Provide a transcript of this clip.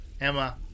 Emma